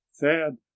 thad